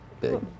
big